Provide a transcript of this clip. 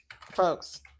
Folks